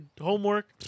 homework